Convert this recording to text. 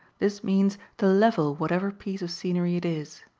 this means to level whatever piece of scenery it is.